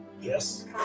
Yes